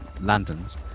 lanterns